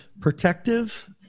protective